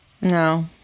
no